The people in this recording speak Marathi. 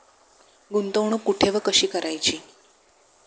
गुंतवणूक कुठे व कशी करायची?